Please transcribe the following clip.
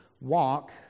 Walk